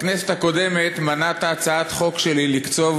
בכנסת הקודמת מנעת הצעת חוק שלי לקצוב